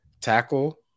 tackle